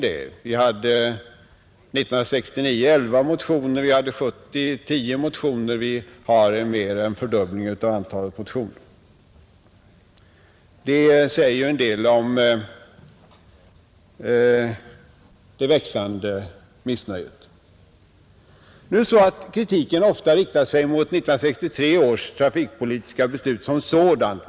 1969 hade vi 11 motioner, och vi hade 10 motioner 1970. I år har vi mer än en fördubbling av antalet motioner, Det säger en del om det växande missnöjet. Kritiken riktar sig ofta mot 1963 års trafikpolitiska beslut som sådant.